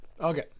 Okay